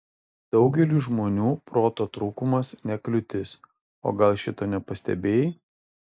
daugeliui žmonių proto trūkumas ne kliūtis o gal šito nepastebėjai